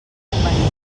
inconvenient